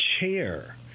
chair